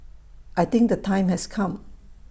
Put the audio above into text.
I think the time has come